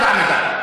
לא בעמידה.